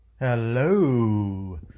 Hello